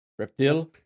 Reptil